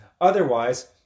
Otherwise